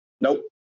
nope